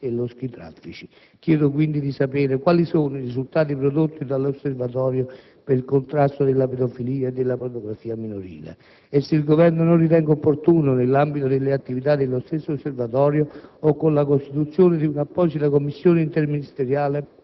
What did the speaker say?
e loschi traffici. Chiedo, quindi, di sapere quali sono i risultati prodotti dall'Osservatorio per il contrasto della pedofilia e della pornografia minorile e se il Governo non ritenga opportuno, nell'ambito delle attività dello stesso Osservatorio o con la costituzione di un'apposita Commissione interministeriale,